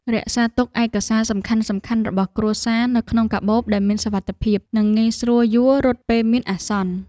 រក្សាទុកឯកសារសំខាន់ៗរបស់គ្រួសារនៅក្នុងកាបូបដែលមានសុវត្ថិភាពនិងងាយស្រួលយួររត់ពេលមានអាសន្ន។